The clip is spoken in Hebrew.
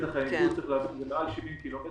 מעל 70 ק"מ.